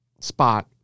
spot